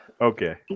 okay